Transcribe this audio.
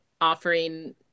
offering